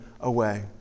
away